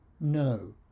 no